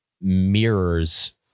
mirrors